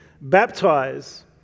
baptize